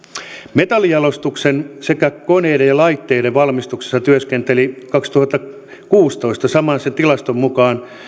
metallinjalostuksen sekä koneiden ja laitteiden valmistuksessa työskenteli kaksituhattakuusitoista samaisen tilaston mukaan